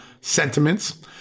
sentiments